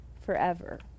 forever